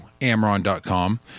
amron.com